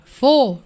four